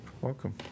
Welcome